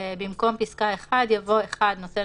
ובמקום "על פי" יבוא "לפי"; במקום פסקה (1) יבוא: "(1)נותן